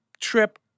trip